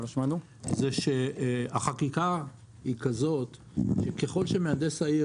זה שהחקיקה היא כזאת שככל שמהנדס העיר